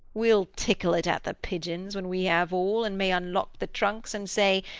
we'll tickle it at the pigeons, when we have all, and may unlock the trunks, and say,